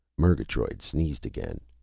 murgatroyd sneezed again.